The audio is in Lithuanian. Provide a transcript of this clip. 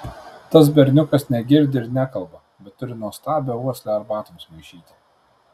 tas berniukas negirdi ir nekalba bet turi nuostabią uoslę arbatoms maišyti